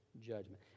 judgment